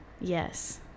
Yes